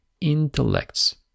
intellects